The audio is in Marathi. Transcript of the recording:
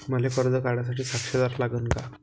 मले कर्ज काढा साठी साक्षीदार लागन का?